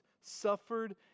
suffered